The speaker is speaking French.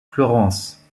florence